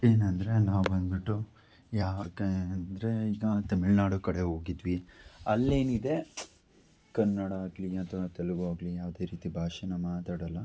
ಏನಂದರೆ ನಾವು ಬಂದುಬಿಟ್ಟು ಯಾಕೆ ಅಂದರೆ ಈಗ ತಮಿಳ್ನಾಡು ಕಡೆ ಹೋಗಿದ್ವಿ ಅಲ್ಲಿ ಏನಿದೆ ಕನ್ನಡ ಆಗಲಿ ಅಥ್ವಾ ತೆಲುಗು ಆಗಲಿ ಯಾವುದೇ ರೀತಿ ಭಾಷೆನ ಮಾತಾಡೋಲ್ಲ